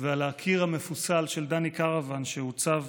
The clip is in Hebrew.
על הקיר המפוסל של דני קרוון, שעוצב